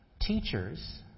Teachers